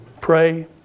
pray